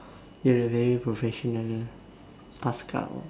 you're a very professional paskal